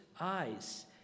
eyes